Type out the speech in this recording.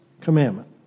commandment